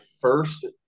first